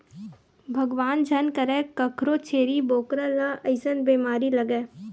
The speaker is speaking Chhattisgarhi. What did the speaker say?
भगवान झन करय कखरो छेरी बोकरा ल अइसन बेमारी लगय